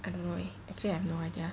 I don't know eh actually I have no idea